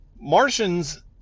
Martians